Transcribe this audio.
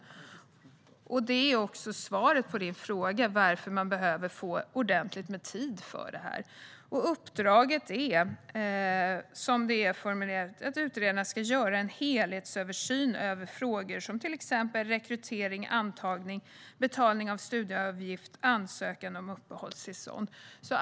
Svaret på Fredrik Christensson fråga är alltså att man därför behöver få ordentligt med tid för detta. Uppdraget är att utredaren ska göra en helhetsöversyn av frågor om till exempel rekrytering, antagning, betalning av studieavgift och ansökan om uppehållstillstånd.